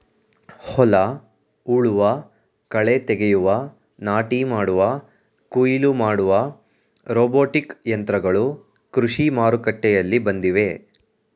ಹೊಲ ಉಳುವ, ಕಳೆ ತೆಗೆಯುವ, ನಾಟಿ ಮಾಡುವ, ಕುಯಿಲು ಮಾಡುವ ರೋಬೋಟಿಕ್ ಯಂತ್ರಗಳು ಕೃಷಿ ಮಾರುಕಟ್ಟೆಯಲ್ಲಿ ಬಂದಿವೆ